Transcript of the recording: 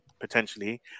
Potentially